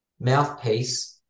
mouthpiece